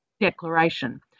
Declaration